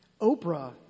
Oprah